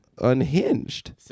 unhinged